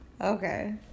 Okay